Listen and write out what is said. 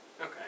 Okay